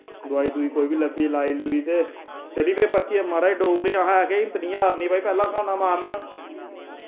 दोआई दुई कोई बी लब्भी लाई लुई ते चली पे परतियै माराज डोगरे आं असैं आखेआ हिम्मत निं हारनी भाई पैह्ला खान्ना मारना